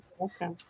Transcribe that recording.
Okay